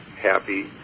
happy